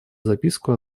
записку